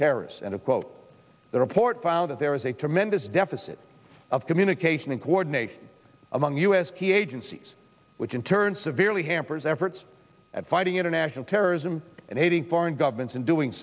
terrorists and a quote the report found that there is a tremendous deficit of communication and coordination among u s key agencies which in turn severely hampers efforts at fighting international terrorism and aiding foreign governments in doing